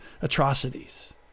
atrocities